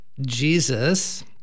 Jesus